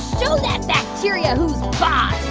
show that bacteria boss